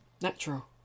Natural